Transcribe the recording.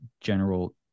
General